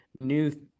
new